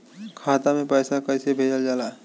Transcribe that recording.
खाता में पैसा कैसे भेजल जाला?